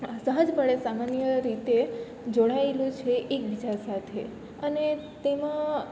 સહજપણે સામાન્ય રીતે જોડાએલું છે એકબીજા સાથે અને તેમાં